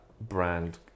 brand